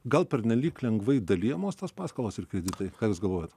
gal pernelyg lengvai dalijamos tos paskolos ir kreditai ką jūs galvojote